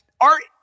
art